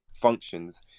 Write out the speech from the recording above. functions